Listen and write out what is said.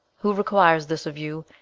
who requires this of you,